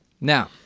Now